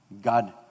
God